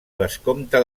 vescomte